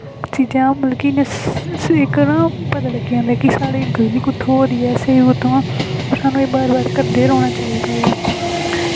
चीज़ां मतलूब की इन्ना स्हेई करांऽ ते पता लग्गी जंदा की साढ़े गलती कित्थां होआ दी ऐ स्हेई कुत्थां ते होर बार बार करना गै रौह्ना चाहिदा ऐ